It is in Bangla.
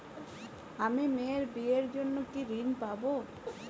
আমি মেয়ের বিয়ের জন্য কি ঋণ পাবো?